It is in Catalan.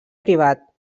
privat